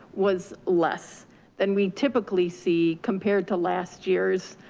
was less than we typically see compared to last year's,